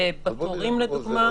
בתורים, למשל.